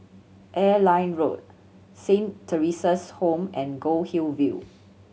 Airline Road Saint Theresa's Home and Goldhill View